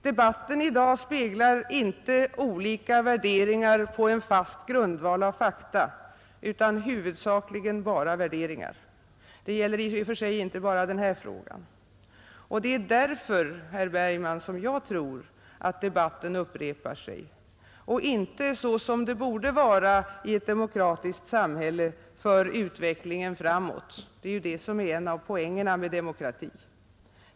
Debatten i dag återspeglar inte olika värderingar på en fast grundval av fakta utan huvudsakligen bara värderingar. Detta gäller i och för sig inte bara denna fråga. Det är därför, herr Bergman, som jag tror att debatten upprepar sig och inte — som det borde vara i ett demokratiskt samhälle — för utvecklingen framåt, vilket ju är en av poängerna med demokrati.